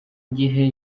gihe